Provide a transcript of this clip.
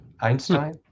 einstein